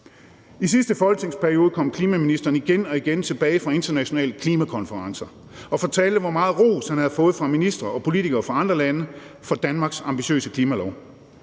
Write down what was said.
I sidste folketingsperiode kom klimaministeren igen og igen tilbage fra internationale klimakonferencer og fortalte, hvor meget ros han havde fået af ministre og politikere fra andre lande for Danmarks ambitiøse klimalov.